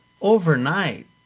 overnight